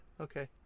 okay